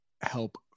help